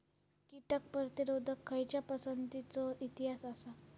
कीटक प्रतिरोधक खयच्या पसंतीचो इतिहास आसा?